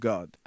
God